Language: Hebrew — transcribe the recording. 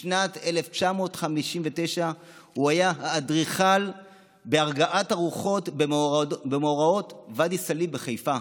בשנת 1959 הוא היה האדריכל בהרגעת הרוחות במאורעות ואדי סאליב בחיפה,